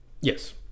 Yes